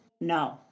no